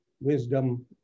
wisdom